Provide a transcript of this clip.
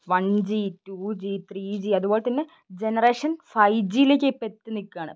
one G two G three G അതുപോലെ തന്നെ generation five ജീലേക്കിപ്പെത്തിനിക്കാണ്